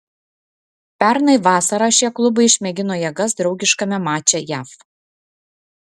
pernai vasarą šie klubai išmėgino jėgas draugiškame mače jav